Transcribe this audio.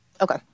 Okay